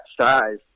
size